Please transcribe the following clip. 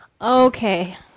Okay